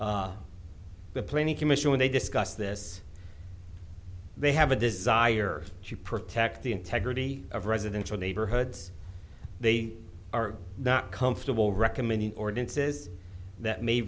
planning commission when they discuss this they have a desire to protect the integrity of residential neighborhoods they are not comfortable recommending ordinances that may